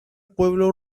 pueblo